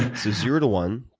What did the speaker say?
so, zero to one,